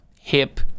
hip